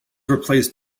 replaced